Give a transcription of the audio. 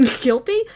guilty